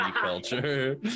culture